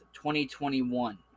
2021